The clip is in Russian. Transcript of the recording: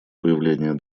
появления